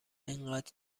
اینقد